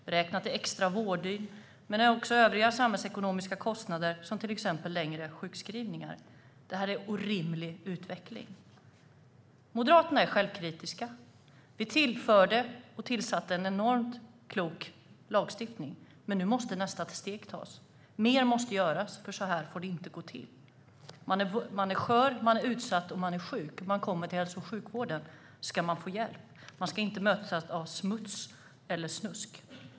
Det räknas i extra vårddygn men även i övriga samhällsekonomiska kostnader, som till exempel längre sjukskrivningar. Detta är en orimlig utveckling. Moderaterna är självkritiska. Vi införde en enormt klok lagstiftning, men nu måste nästa steg tas. Mer måste göras, för så här får det inte gå till. När man är skör, utsatt och sjuk och kommer till sjukvården ska man få hjälp; man ska inte mötas av smuts eller snusk.